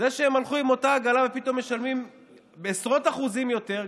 זה שהם הלכו עם אותה עגלה ופתאום הם משלמים עשרות אחוזים יותר,